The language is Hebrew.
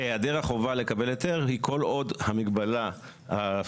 שהיעדר החובה לקבל היתר היא כל עוד המגבלה הפיזית